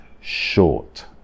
short